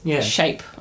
shape